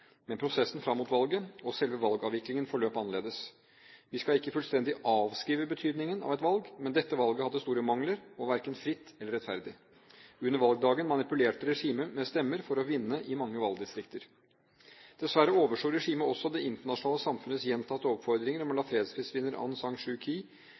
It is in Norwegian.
Men prosessen fram mot valget og selve valgavviklingen forløp annerledes. Vi skal ikke fullstendig avskrive betydningen av et valg, men dette valget hadde store mangler og var verken fritt eller rettferdig. Under valgdagen manipulerte regimet med stemmer for å vinne i mange valgdistrikter. Dessverre overså regimet også det internasjonale samfunnets gjentatte oppfordringer om å la